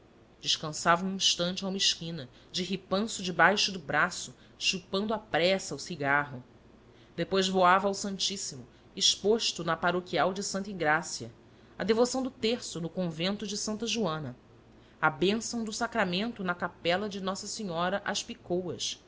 um instante a uma esquina de ripanço debaixo do braço chupando à pressa o cigarro depois voava ao santíssimo exposto na paroquial de santa engrácia à devoção do terço no convento de santa joana à bênção do sacramento na capela de nossa senhora às